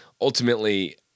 ultimately